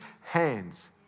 hands